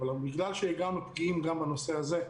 הגענו פגיעים למשבר הזה,